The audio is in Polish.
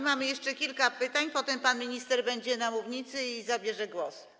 Mamy jeszcze kilka pytań, potem pan minister będzie na mównicy i zabierze głos.